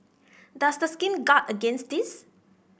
does the scheme guard against this